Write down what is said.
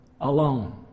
alone